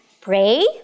Pray